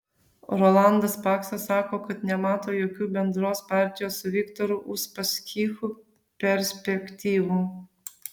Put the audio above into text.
rolandas paksas sako kad nemato jokių bendros partijos su viktoru uspaskichu perspektyvų